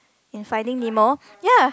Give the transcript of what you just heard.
in Finding-Nemo ya